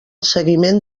seguiment